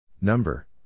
Number